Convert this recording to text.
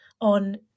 on